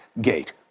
Gate